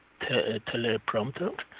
teleprompter